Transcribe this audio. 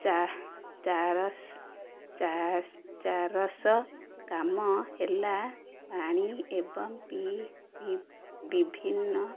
ଚା ଚାର ଚାରସ କାମ ହେଲା ପାଣି ଏବଂ ପି ବିଭିନ୍ନ